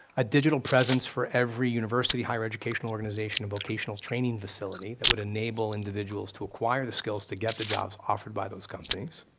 a digital presence for every university, higher educational organization, or vocational training facility that would enable individuals to acquire the skills to get the jobs offered by those companies.